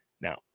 Now